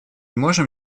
можем